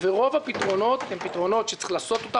ורוב הפתרונות הם פתרונות שצריך לעשותם.